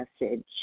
message